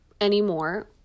anymore